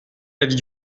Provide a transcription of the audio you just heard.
l’avis